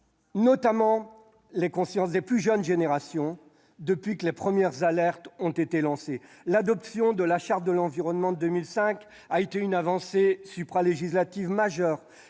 notamment celles des plus jeunes générations, depuis que les premières alertes ont été lancées. L'adoption de la Charte de l'environnement de 2005 a été une avancée supralégislative majeure,